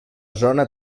zona